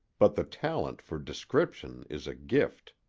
but the talent for description is a gift.